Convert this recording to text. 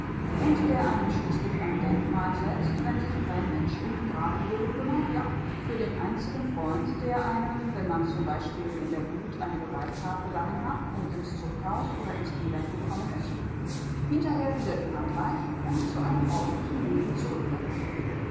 und der einem schließlich ein denkmal setzt wenn sich kein mensch um den grabhügel bekümmert ja für den einzigen freund der einem wenn man zum beispiel in der wut eine gewalttat begangen hat und ins zuchthaus oder sonst ins elend gekommen ist hinterher wieder die hand reicht und zu einem ordentlichen leben